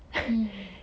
mm